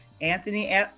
Anthony